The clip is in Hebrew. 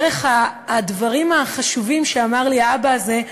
דרך הדברים החשובים שאמר לי האבא הזה,